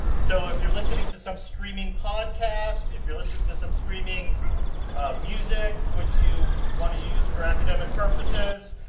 so, if you are listening to some streaming podcast. if you are listening to some streaming music, which you want to use for academic purposes.